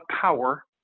power